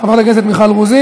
חברת הכנסת רוזין.